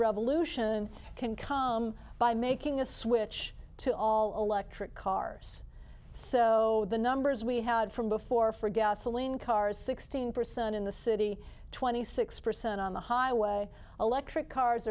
revolution can come by making a switch to all electric cars so the numbers we had from before for gasoline cars sixteen percent in the city twenty six percent on the highway electric cars